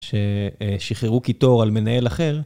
ששחררו קיטור על מנהל אחר.